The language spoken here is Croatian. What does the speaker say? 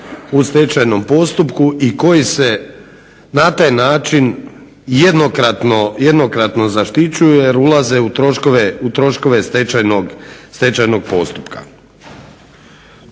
u stečajnom postupku i koji se na taj način jednokratno zaštićuje jer ulaze u troškove stečajnog postupka.